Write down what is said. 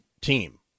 team